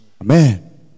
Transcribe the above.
Amen